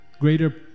greater